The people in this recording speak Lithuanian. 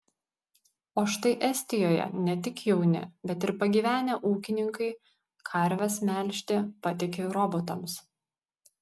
o štai estijoje ne tik jauni bet ir pagyvenę ūkininkai karves melžti patiki robotams